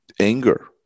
anger